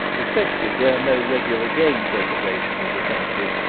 especially where no regular game preservation is attempted,